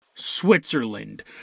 Switzerland